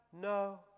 no